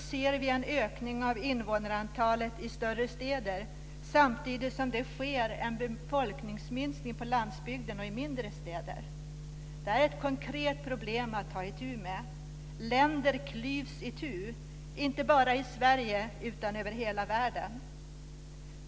ser vi en ökning av invånarantalet i större städer samtidigt som det sker en befolkningsminskning på landsbygden och i mindre städer. Det här är ett konkret problem att ta itu med. Länder klyvs itu, inte bara i Sverige utan över hela världen.